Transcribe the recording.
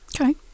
Okay